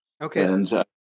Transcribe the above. Okay